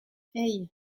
hey